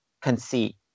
conceit